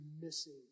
missing